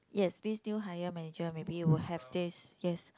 yes this new hired manager maybe will have this yes